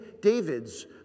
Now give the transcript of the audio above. David's